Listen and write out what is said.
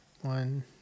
One